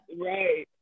Right